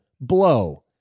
Blow